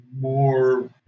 more